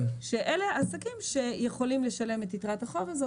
ואלה עסקים שיכולים לשלם את יתרת החוב הזאת